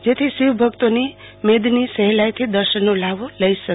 જેથી શિવ ભકતોની મેદની સહેલાઈથી દર્શનનો લ્હાવો લઈ શક